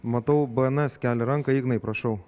matau bns kelia ranką ignai prašau